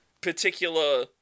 particular